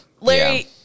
Larry